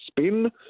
spin